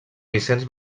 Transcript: vicenç